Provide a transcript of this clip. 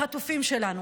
החטופים שלנו,